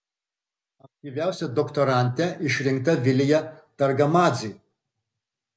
aktyviausia doktorante išrinkta vilija targamadzė